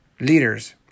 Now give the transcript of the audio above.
Leaders